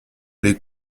les